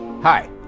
Hi